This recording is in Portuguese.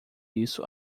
isso